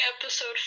episode